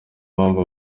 mpamvu